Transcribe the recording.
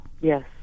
Yes